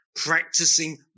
Practicing